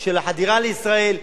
של החדירה לישראל.